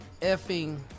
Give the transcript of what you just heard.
effing